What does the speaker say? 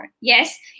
yes